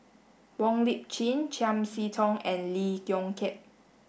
Wong Lip Chin Chiam See Tong and Lee Yong Kiat